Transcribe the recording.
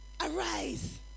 arise